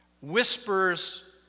whispers